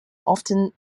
often